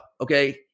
okay